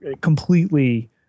completely